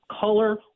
color